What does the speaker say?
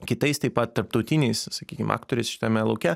kitais taip pat tarptautiniais sakykim aktoriais šitame lauke